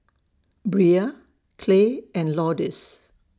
Bria Clay and Lourdes